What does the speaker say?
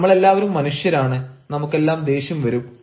നമ്മൾ എല്ലാവരും മനുഷ്യരാണ് നമുക്കെല്ലാം ദേഷ്യം വരും